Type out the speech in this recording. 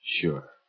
Sure